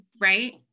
right